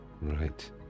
Right